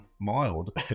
mild